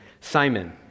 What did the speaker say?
Simon